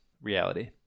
reality